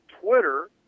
Twitter